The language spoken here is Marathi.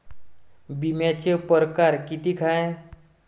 बिम्याचे परकार कितीक हाय?